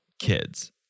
kids